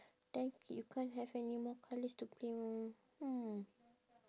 then you can't have any more colours to play mah hmm